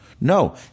No